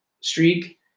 streak